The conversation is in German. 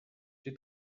die